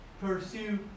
Pursue